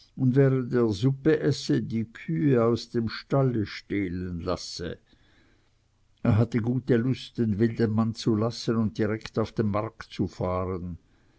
während er suppe esse die kühe aus dem stalle stehlen lasse er hatte gute lust den wildenmann zu lassen und direkt auf den markt zu fahren